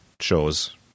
shows